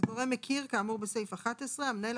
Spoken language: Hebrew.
״גורם מכיר״ - כאמור בסעיף 11; ״המנהל